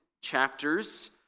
chapters